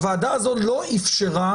הוועדה הזאת לא אפשרה